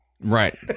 Right